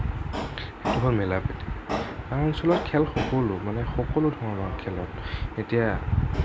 গাওঁ অঞ্চলত খেল সকলো মানে সকলোধৰণৰ খেল হয় এতিয়া